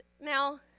Now